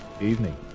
Evening